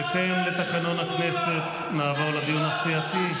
בהתאם לתקנון הכנסת, נעבור לדיון הסיעתי.